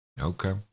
Okay